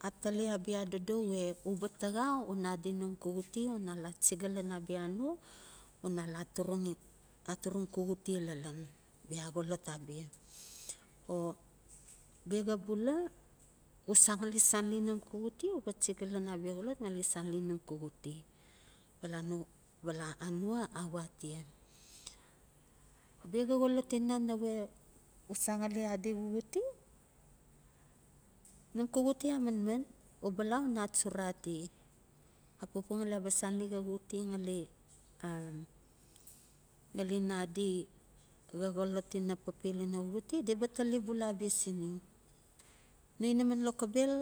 atali abia adodo we uba taxa una adi num xuxute una la chiga lan abia anua u na la atoron xi aturung xuxute lalan bra xolot abia. O biaxa bula u san ngali sanli nuo xuxute uba chiga lan abia xolot una sanli nom xuxute bala no bala anua a we atia. Bia xa xolot ina nawe u san ngali adi xuxute nom xuxute a manman uba la una achura di apupua ngali ya ba sanli xa xuxute ngali a ngali ina adi xa xolot ina papel ina xuxute di ba tali bula abia sin yu. No inama loxobel